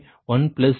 0 0